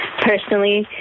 personally